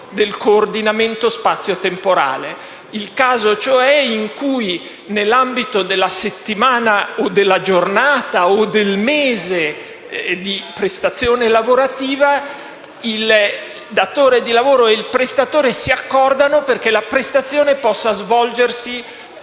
al caso cioè in cui, nell'ambito della giornata, della settimana, o del mese di prestazione lavorativa, il datore di lavoro e il prestatore si accordano perché la prestazione stessa possa svolgersi